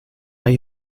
hay